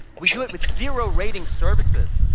we do it with zero rating services,